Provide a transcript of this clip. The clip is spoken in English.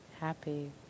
happy